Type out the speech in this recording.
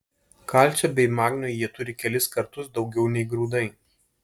kalcio bei magnio jie turi kelis kartus daugiau nei grūdai